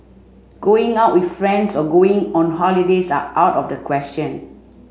going out with friends or going on holidays are out of the question